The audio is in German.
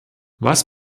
was